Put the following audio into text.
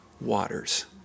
waters